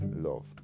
love